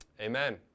Amen